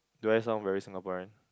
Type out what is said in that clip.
do I sound very Singaporean